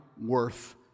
worth